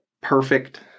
perfect